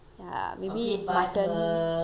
ya maybe mutton